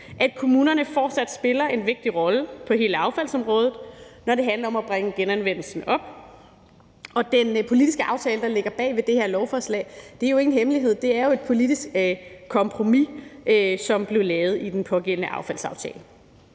at kommunerne fortsat spiller en vigtig rolle på hele affaldsområdet, når det handler om at bringe genanvendelsen op, og når det drejer sig om den politiske aftale, der ligger bag ved det her lovforslag, er det jo ingen hemmelighed, at det er et politisk kompromis, som blev lavet i den pågældende affaldsaftale.